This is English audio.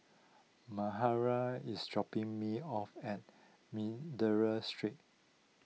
Mahara is dropping me off at Street